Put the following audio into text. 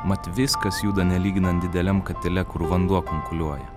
mat viskas juda nelyginant dideliam katile kur vanduo kunkuliuoja